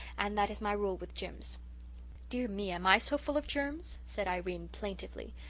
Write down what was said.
and that is my rule with jims dear me, am i so full of germs said irene plaintively.